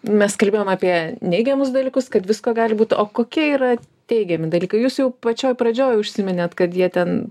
mes kalbėjom apie neigiamus dalykus kad visko gali būti o kokie yra teigiami dalykai jūs jau pačioj pradžioj užsiminėt kad jie ten